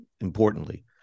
importantly